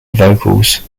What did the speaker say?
vocals